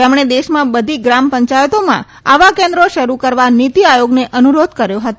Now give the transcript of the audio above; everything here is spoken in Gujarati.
તેમણે દેશમાં બધી ગ્રામ પંચાયતોમાં આવા કેન્દ્રો શરૂ કરવા નીતિ આયોગને અનુરોધ કર્યો હતો